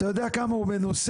אתה יודע כמה הוא מנוסה?